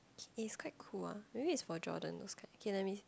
eh is quite cool ah maybe is for Jordan those kind okay let me